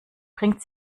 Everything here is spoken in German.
bringt